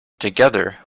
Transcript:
together